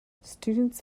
students